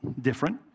different